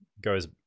goes